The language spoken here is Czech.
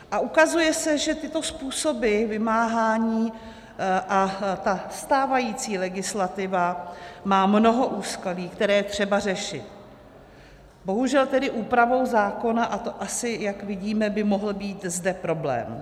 A ukazuje se, že tyto způsoby vymáhání a ta stávající legislativa má mnoho úskalí, které je třeba řešit bohužel tedy úpravou zákona, a to, jak vidíme, by mohl být zde problém.